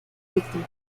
víctima